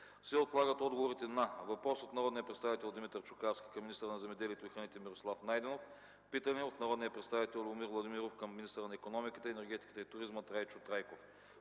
се отлагат отговорите на: - въпрос от народния представител Димитър Чукарски към министъра на земеделието и храните Мирослав Найденов; - питане от народния представител Любомир Владимиров към министъра на икономиката, енергетиката и туризма Трайчо Трайков.